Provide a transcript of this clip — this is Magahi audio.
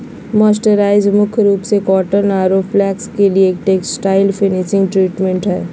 मर्सराइज्ड मुख्य रूप से कॉटन आरो फ्लेक्स ले एक टेक्सटाइल्स फिनिशिंग ट्रीटमेंट हई